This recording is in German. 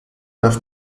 darf